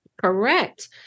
Correct